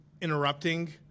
interrupting